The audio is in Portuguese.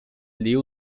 ler